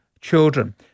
children